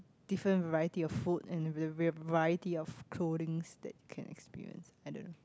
different variety of food and the variety of clothings that you can experience I don't know